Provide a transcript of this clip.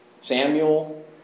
Samuel